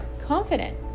confident